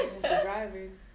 driving